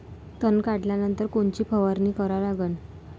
तन काढल्यानंतर कोनची फवारणी करा लागन?